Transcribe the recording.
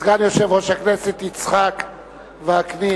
סגן יושב-ראש הכנסת יצחק וקנין,